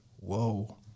whoa